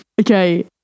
okay